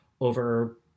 over